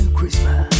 Christmas